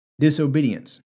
disobedience